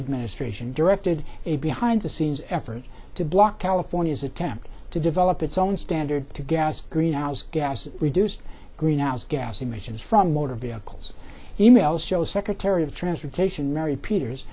administration directed a behind the scenes effort to block california's attempt to develop its own standard to gas greenhouse gases reduce greenhouse gas emissions from motor vehicles e mails show secretary of transportation mary peters